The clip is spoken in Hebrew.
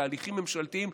בתהליכים ממשלתיים,